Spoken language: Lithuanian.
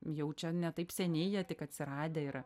jau čia ne taip seniai jie tik atsiradę yra